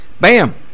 Bam